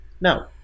Now